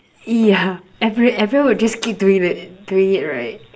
yeah every everyone would just keep doing it doing it right